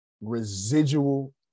residual